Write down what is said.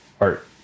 art